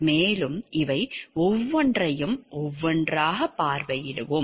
மேலும் இவை ஒவ்வொன்றையும் ஒவ்வொன்றாகப் பார்வையிடுவோம்